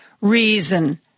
reason